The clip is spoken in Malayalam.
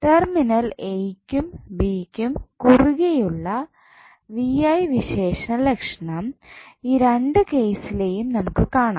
ടെർമിനൽ എ യ്ക്കും ബി യ്ക്കും കുറുകെയുള്ള V I വിശേഷലക്ഷണം ഈ രണ്ട് കേസിലെയും നമുക്ക് കാണാം